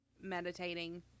meditating